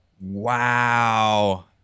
Wow